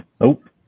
Nope